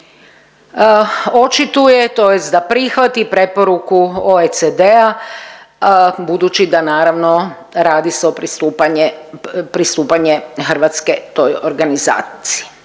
očituje, tj. da prihvati preporuku OECD-a budući da naravno radi se o pristupanju Hrvatske toj organizaciji.